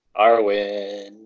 Arwen